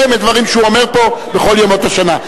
מדברים שהוא אומר פה בכל ימות השנה.